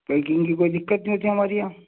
plucking کی کوئی دقت نہیں ہوتی ہے ہمارے یہاں